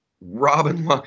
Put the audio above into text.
robin